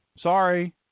Sorry